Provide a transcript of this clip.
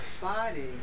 body